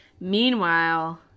meanwhile